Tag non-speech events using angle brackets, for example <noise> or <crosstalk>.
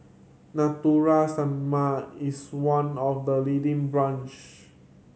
Natura <unintelligible> is one of the leading brands